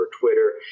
twitter